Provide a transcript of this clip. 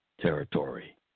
territory